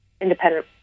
independent